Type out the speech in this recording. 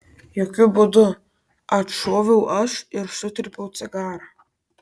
jokiu būdu atšoviau aš ir sutrypiau cigarą